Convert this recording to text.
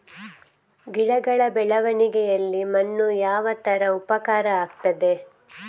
ಗಿಡಗಳ ಬೆಳವಣಿಗೆಯಲ್ಲಿ ಮಣ್ಣು ಯಾವ ತರ ಉಪಕಾರ ಆಗ್ತದೆ?